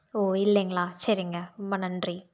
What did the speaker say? ஓ இல்லைங்களா சரிங்க ரொம்ப நன்றி